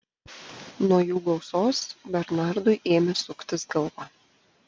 nuo jų gausos bernardui ėmė suktis galva